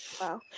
Wow